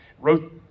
Wrote